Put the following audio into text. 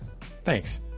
Thanks